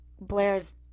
Blair's